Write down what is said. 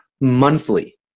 monthly